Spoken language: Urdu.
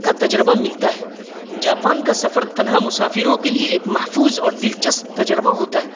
کا تجربہ ملتا ہے جاپان کا سفر تنہا مسافروں کے لیے ایک محفوظ اور دلچسپ تجربہ ہوتا ہے